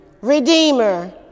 redeemer